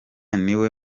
niwe